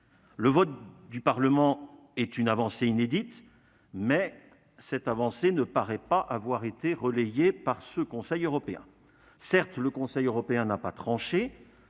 Le vote du Parlement européen est une avancée inédite, mais elle ne paraît pas avoir été relayée par ce Conseil européen. Certes, le Conseil européen n'a pas tranché